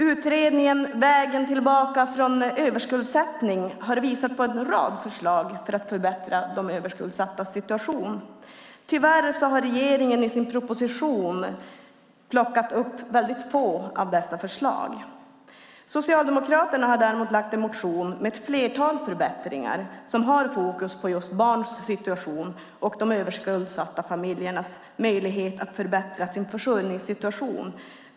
Utredningen Vägen tillbaka för överskuldsatta har visat på en rad förslag för att förbättra de överskuldsattas situation. Tyvärr har regeringen i sin proposition plockat upp väldigt få av dessa förslag. Socialdemokraterna har däremot väckt en motion med ett flertal förbättringar som har fokus på just barns situation och de överskuldsatta familjernas möjlighet att förbättra sin försörjningssituation.